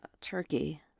turkey